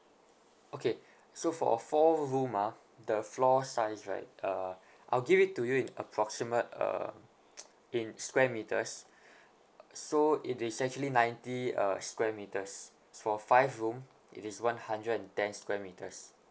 okay so for a four room ah the floor size right uh I'll give it to you in approximate uh in square metres so it is actually ninety uh square metres for a five room it is one hundred and ten square metres